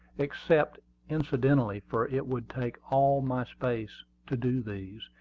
except incidentally, for it would take all my space to do these,